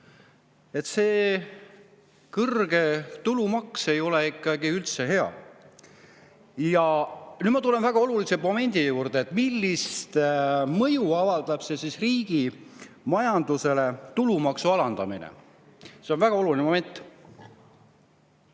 Kõrge tulumaks ei ole ikkagi üldse hea. Ja nüüd ma tulen väga olulise momendi juurde: millist mõju avaldab riigi majandusele tulumaksu alandamine? See on väga oluline moment.